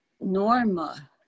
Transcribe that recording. Norma